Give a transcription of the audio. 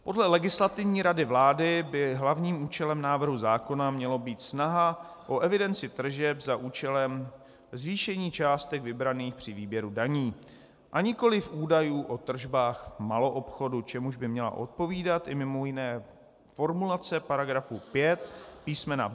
Podle Legislativní rady vlády by hlavním účelem návrhu zákona měla být snaha o evidenci tržeb za účelem zvýšení částek vybraných při výběru daní a nikoli údajů o tržbách v maloobchodu, čemuž by měla odpovídat i mimo jiné formulace § 5 písm.